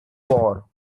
war